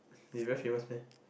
you very famous meh